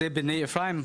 אלה בני אפרים.